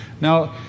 Now